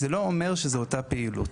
זה לא אומר שזו אותה פעילות.